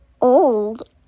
old